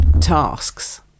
tasks